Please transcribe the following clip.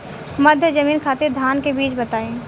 मध्य जमीन खातिर धान के बीज बताई?